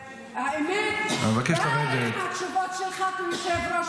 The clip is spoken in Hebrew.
האמת, די עם התשובות שלך כיושב-ראש.